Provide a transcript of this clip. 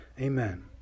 amen